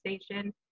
station